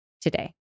today